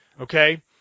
Okay